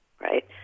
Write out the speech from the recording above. Right